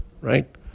Right